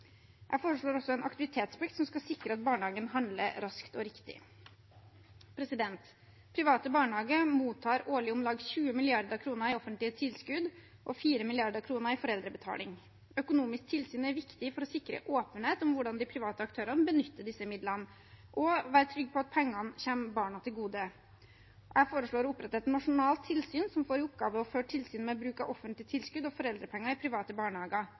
Jeg foreslår også en aktivitetsplikt som skal sikre at barnehagen handler raskt og riktig. Private barnehager mottar årlig om lag 20 mrd. kr i offentlige tilskudd og 4 mrd. kr i foreldrebetaling. Økonomisk tilsyn er viktig for å sikre åpenhet om hvordan de private aktørene benytter disse midlene, og være trygg på at pengene kommer barna til gode. Jeg foreslår å opprette et nasjonalt tilsyn som får i oppgave å føre tilsyn med bruk av offentlige tilskudd og foreldrepenger i private barnehager.